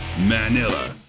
Manila